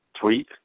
tweet